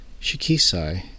Shikisai